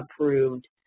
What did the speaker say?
approved